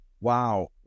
Wow